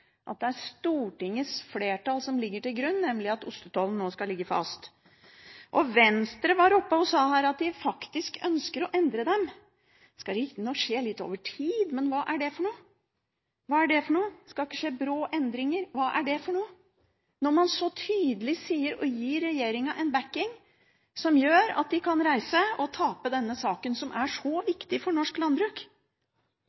at det er Stortingets flertall som ligger til grunn, nemlig at ostetollen nå skal ligge fast? Venstre var oppe her og sa at de faktisk ønsker å endre tollsatsene. Det skal riktignok skje litt over tid, men hva er det for noe? Det skal ikke skje brå endringer – hva er det for noe? Når man så tydelig gir regjeringen en oppbakking som gjør at de kan reise og tape denne saken, som er så